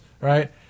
right